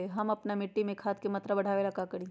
हम अपना मिट्टी में खाद के मात्रा बढ़ा वे ला का करी?